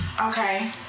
Okay